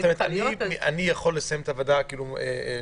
אני אנסה להזדרז לסיים את הוועדה,